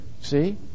See